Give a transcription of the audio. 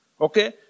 Okay